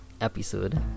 episode